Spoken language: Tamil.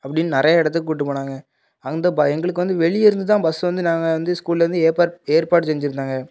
அப்படினு நிறைய இடத்துக்கு கூப்ட்டு போனாங்க அந்த எங்களுக்கு வந்து வெளியே இருந்து தான் பஸ் வந்து நாங்கள் வந்து ஸ்கூலில் இருந்து ஏற்பாடு ஏற்பாடு செஞ்சுருந்தாங்க